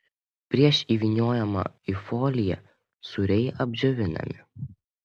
prieš įvyniojimą į foliją sūriai apdžiovinami